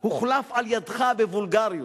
הוחלף על-ידך בוולגריות,